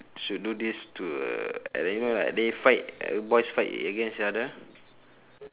should do this to uh and then you know like they fight boys fight against each other